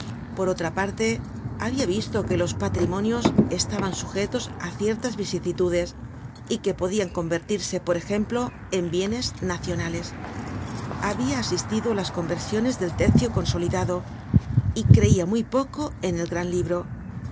por otra parte habia visto que los patrimonios estaban sujetos á ciertas vicisitudes y que podian convertirse por ejemplo en bienes nacionales habia asistido á las conversiones del tercio consolidado y creia muy poco en el gran libro